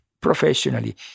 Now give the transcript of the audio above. professionally